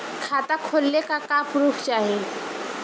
खाता खोलले का का प्रूफ चाही?